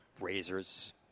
Razors